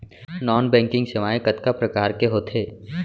non banking सेवाएं कतका प्रकार के होथे